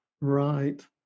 Right